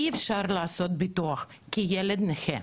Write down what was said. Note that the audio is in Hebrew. אי אפשר לעשות ביטוח כי הילד נכה.